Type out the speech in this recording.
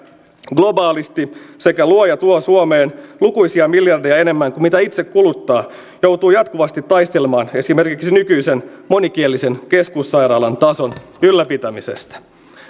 globaalisti sekä luo ja tuo suomeen lukuisia miljardeja enemmän kuin mitä itse kuluttaa joutuu jatkuvasti taistelemaan esimerkiksi nykyisen monikielisen keskussairaalan tason ylläpitämisestä